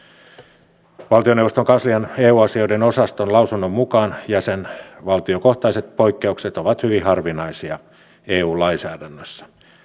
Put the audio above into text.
täytyy oikaista se että minulta vaadittiin pääministerin ilmoitusta ministeri stubbin lausunnoista kyselytunnilla ei lainsäädännön valmistelun puutteista